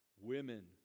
women